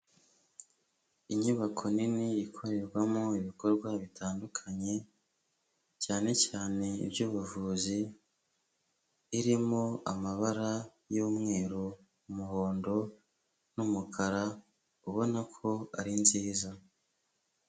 Inyubako nini ikorerwamo ibikorwa bitandukanye cyane cyane iby'Ubuvuzi irimo amabara y'mweru, umuhondo n'umukara ubona ko ari nziza.